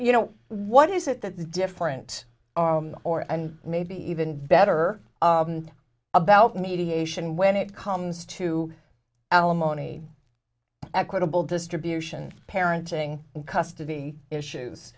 you know what is it that the different or and maybe even better about mediation when it comes to alimony equitable distribution parenting custody issues